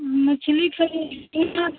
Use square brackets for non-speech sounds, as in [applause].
मछली ख़रीदनी है [unintelligible]